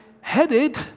headed